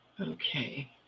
okay